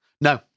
No